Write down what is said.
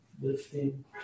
lifting